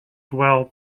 well